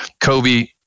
Kobe